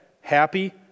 happy